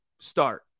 start